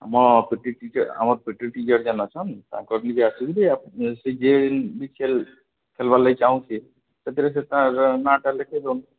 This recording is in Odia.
ଆମ ପିଟି ଟିଚର୍ ଆମ ପିଟି ଟିଚର୍ ଯେନ୍ ଅଛନ୍ ତାକର୍ ନିଜେ ଆସିକିରି ସେଇ ଗେମ୍ ଖେଳେବାର୍ ଲାଗି ଚାହୁଁଛି ସେଥିରେ ସେ ତା'ର ନାଁ ଟା ଲେଖେଇ ଦଉନ